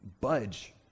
budge